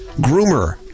Groomer